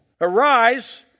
Arise